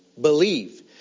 believe